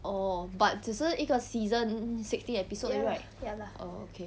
orh but 只是一个 season sixteen episode 而已 right oh okay